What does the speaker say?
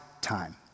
time